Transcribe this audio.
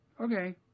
Okay